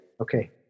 Okay